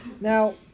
Now